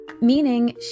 meaning